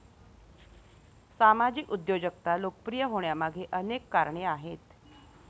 सामाजिक उद्योजकता लोकप्रिय होण्यामागे अनेक कारणे आहेत